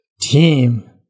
team